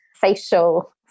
facial